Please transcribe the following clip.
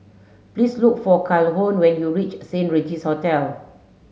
please look for Calhoun when you reach Saint Regis Hotel